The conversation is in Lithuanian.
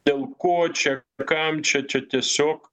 dėl ko čia kam čia čia tiesiog